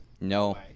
no